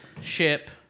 ship